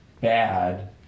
bad